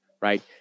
Right